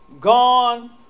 gone